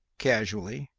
casually